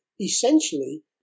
essentially